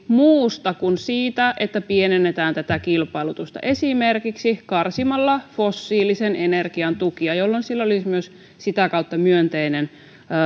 muusta kuin siitä että pienennetään tätä kilpailutusta esimerkiksi karsimalla fossiilisen energian tukia jolloin sillä olisi myös sitä kautta myönteinen päästö